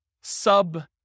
sub